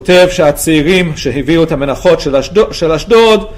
כותב שהצעירים שהביאו את המנחות של אשדוד